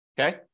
okay